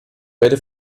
werde